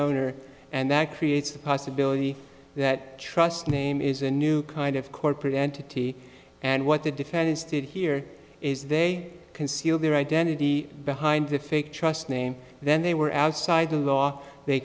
owner and that creates the possibility that trust name is a new kind of corporate entity and what the defendants did here is they conceal their identity behind the fake trust name then they were outside the law they